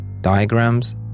Diagrams